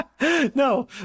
No